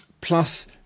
Plus